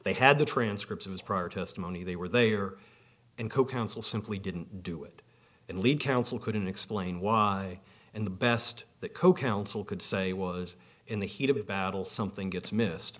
they had the transcripts of his prior testimony they were they are and co counsel simply didn't do it and lead counsel couldn't explain why and the best that co counsel could say was in the heat of battle something gets missed